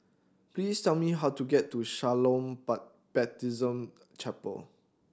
please tell me how to get to Shalom but Baptist Chapel